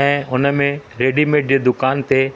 ऐं हुन में रेडीमेड जे दुकान ते